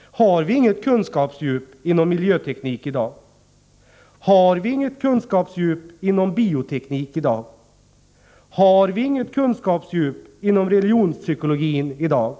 Har vi inget kunskapsdjup inom miljöteknik i dag? Har vi inget kunskapsdjup inom bioteknik i dag? Har vi inget kunskapsdjup inom religionspsykologin i dag?